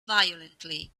violently